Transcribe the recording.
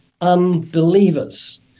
Unbelievers